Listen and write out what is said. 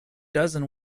dozen